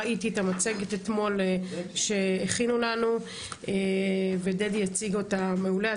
ראיתי את המצגת אתמול שהכינו לנו ודדי יציג אותה מעולה,